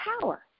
power